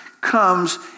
comes